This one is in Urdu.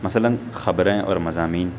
مثلاً خبریں اور مضامین